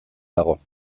dago